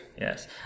Yes